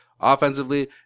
offensively